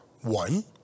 One